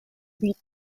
beat